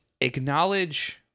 acknowledge